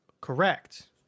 Correct